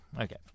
okay